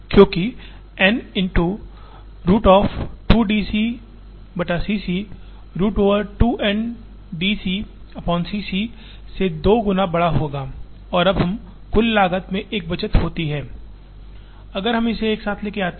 क्योंकि N into root of 2 D CC c root over 2 N DCC c से 2 गुना बड़ा होगा और अब कुल लागत में एक बचत होती है अगर हम इसे एक साथ लाते हैं